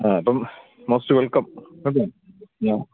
ആ അപ്പോള് most welcome കേട്ടോ